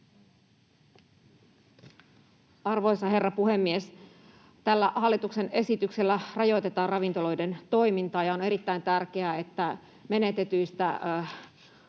Arvoisa herra puhemies! Tällä hallituksen esityksellä rajoitetaan ravintoloiden toimintaa, ja on erittäin tärkeää, että menetetyistä